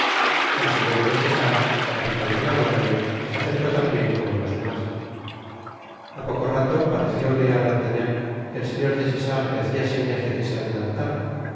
el señor des essarts capitan de la guardia se acercó tambien como los demás a poco rato parecióle á d'artagnan que el señor des essarts le hacia señas de que se adelantara